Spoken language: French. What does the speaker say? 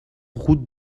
route